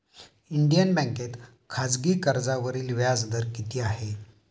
Indian बँकेत खाजगी कर्जावरील व्याजदर किती आहे?